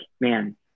man